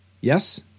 Yes